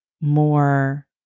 more